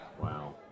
Wow